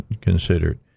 considered